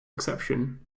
exception